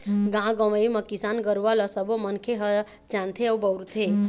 गाँव गंवई म किसान गुरूवा ल सबो मनखे ह जानथे अउ बउरथे